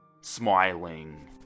Smiling